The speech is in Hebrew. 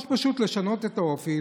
או פשוט לשנות את האופי,